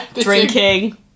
drinking